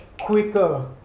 quicker